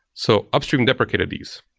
so upstream deprecated these.